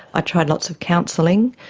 i tried lots of counselling,